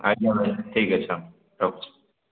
ଆଜ୍ଞା ଭାଇ ଠିକ୍ ଅଛି ହଉ ରଖୁଛି